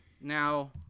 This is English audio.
now